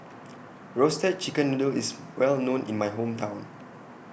Roasted Chicken Noodle IS Well known in My Hometown